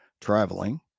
traveling